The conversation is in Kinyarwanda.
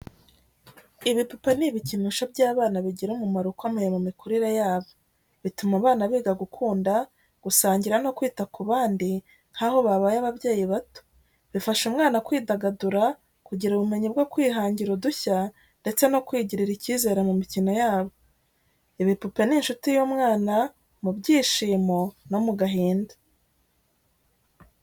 Ibipupe ni ibikinisho by’abana bigira umumaro ukomeye mu mikurire yabo. Bituma abana biga gukunda, gusangira no kwita ku bandi nk’aho babaye ababyeyi bato. Bifasha umwana kwidagadura, kugira ubumenyi bwo kwihangira udushya ndetse no kwigirira icyizere mu mikino yabo. Ibipupe ni inshuti y’umwana mu byishimo no mu gahinda.